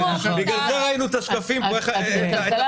בגלל זה ראינו את השקפים את המצב